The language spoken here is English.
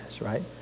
right